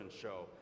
show